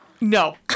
No